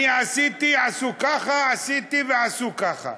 אני עשיתי, עשו ככה, עשיתי, ועשו ככה.